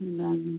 എന്താണ്